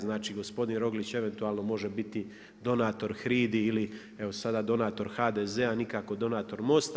Znači gospodin Roglić eventualno može biti donator HRID-i ili evo sada donator HDZ-a, nikako donator MOST-a.